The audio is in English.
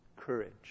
courage